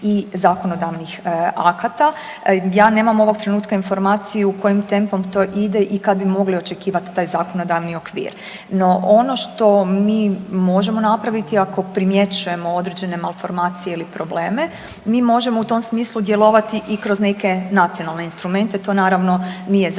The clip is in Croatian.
i zakonodavnih akata. Ja nemam ovoga trenutka informaciju kojim tempom to ide i kada bi mogli očekivati taj zakonodavni okvir. No, ono što mi možemo napraviti ako primjećujemo određene malformacije ili probleme mi možemo u tom smislu djelovati i kroz neke nacionalne instrumente. To naravno nije zabranjeno